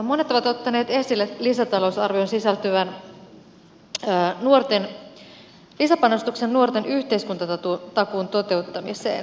monet ovat ottaneet esille lisätalousarvioon sisältyvän lisäpanostuksen nuorten yhteiskuntatakuun toteuttamiseen